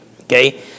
okay